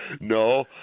No